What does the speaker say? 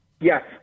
Yes